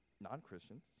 non-Christians